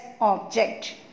object